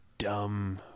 Dumb